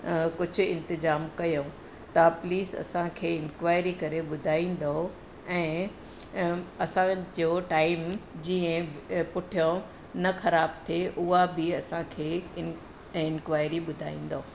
कुझु इंतिज़ामु कयूं था प्लीज़ असांखे इनक्वायरी करे ॿुधाईंदव ऐं असांजो टाइम जीअं बि पुठियो न ख़राबु थिए उहा बि असांखे इन इनक्वायरी ॿुधाईंदव